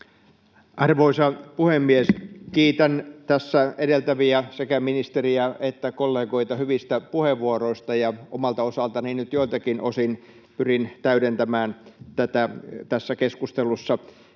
Arvoisa puhemies! Kiitän tässä edeltäviä — sekä ministeriä että kollegoita — hyvistä puheenvuoroista, ja omalta osaltani nyt joiltakin osin pyrin täydentämään tätä tässä keskustelussa.